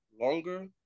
longer